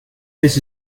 this